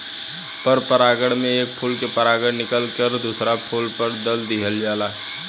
पर परागण में एक फूल के परागण निकल के दुसरका फूल पर दाल दीहल जाला